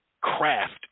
craft